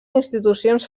institucions